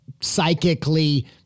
psychically